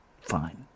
fine